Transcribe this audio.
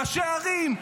ראשי ערים,